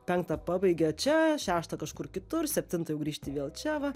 penktą pabaigia čia šeštą kažkur kitur septintą grįžti vėl čia va